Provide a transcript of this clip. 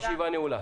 הישיבה נעולה.